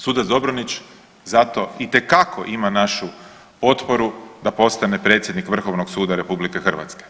Sudac Dobronić zato itekako ima našu potporu da postane predsjednik Vrhovnog suda RH.